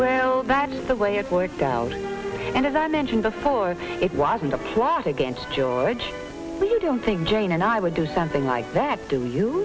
well that's the way it worked out and as i mentioned before it wasn't a plot against george don't think jane and i would do something like that to you